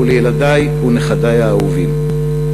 ולילדי ונכדי האהובים.